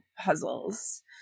puzzles